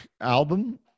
album